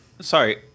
Sorry